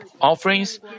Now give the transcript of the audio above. offerings